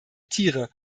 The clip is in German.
tiere